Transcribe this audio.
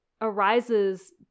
arises